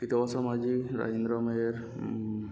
Majhi Rajendra Meher